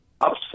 upset